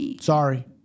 Sorry